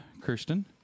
Kirsten